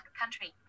country